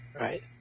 right